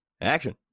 action